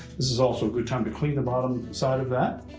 this is also a good time to clean the bottom side of that.